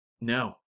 No